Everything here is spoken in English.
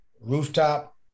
rooftop